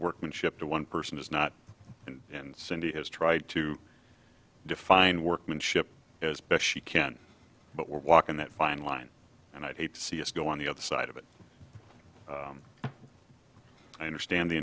workmanship to one person is not and cindy has tried to define workmanship as best she can but we're walking that fine line and i'd hate to see it go on the other side of it i understand the